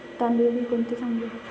तांदूळ बी कोणते चांगले?